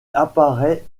apparaît